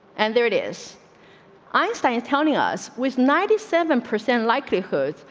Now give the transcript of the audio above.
and there it iss einstein antonia's with ninety seven percent likelihood.